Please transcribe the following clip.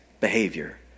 behavior